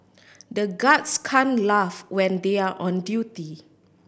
the guards can laugh when they are on duty